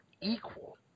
equal